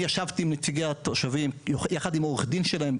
אני ישבתי עם נציגי התושבים ביחד עם עורך הדין שלהם,